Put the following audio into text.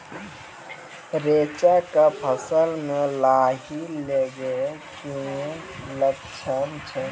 रैचा के फसल मे लाही लगे के की लक्छण छै?